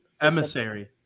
Emissary